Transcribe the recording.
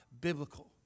biblical